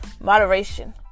Moderation